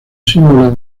símbolo